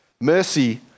Mercy